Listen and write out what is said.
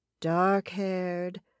Dark-haired